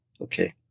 Okay